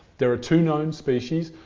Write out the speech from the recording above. there are two known species.